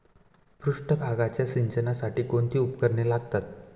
पृष्ठभागाच्या सिंचनासाठी कोणती उपकरणे लागतात?